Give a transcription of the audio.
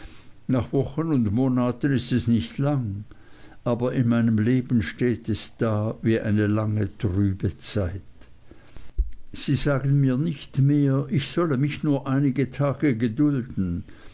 nach wochen und monaten ist es nicht lang aber in meinem leben steht es da wie eine lange trübe zeit sie sagen mir nicht mehr ich sollte mich nur einige tage gedulden